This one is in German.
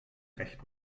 recht